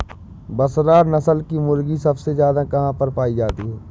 बसरा नस्ल की मुर्गी सबसे ज्यादा कहाँ पर पाई जाती है?